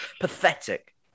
pathetic